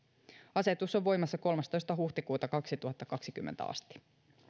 asetus on voimassa kolmastoista huhtikuuta kaksituhattakaksikymmentä asti